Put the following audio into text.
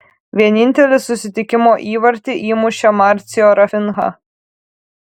vienintelį susitikimo įvartį įmušė marcio rafinha